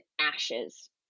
ashes